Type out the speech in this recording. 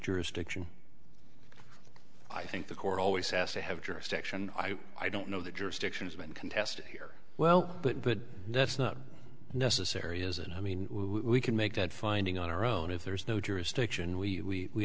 jurisdiction i think the court always has to have jurisdiction i don't know that jurisdiction has been contested here well but but that's not necessary isn't i mean we can make that finding on our own if there's no jurisdiction we